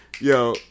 Yo